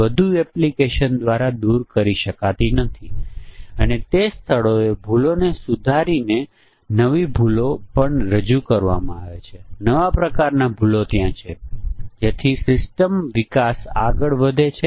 ઘણાં ટૂલ્સ ઉપલબ્ધ છે નાના ટૂલ્સ અને જે તમને પરીક્ષણના કેસોની સંખ્યા આપી શકશો અને જેમકે હું કહું છું કે તમે ઇનપુટ પરિમાણના વિવિધ મૂલ્યોથી પ્રયાસ કરો છો અને દરેક પરિમાણ વિવિધ મૂલ્યો લે છે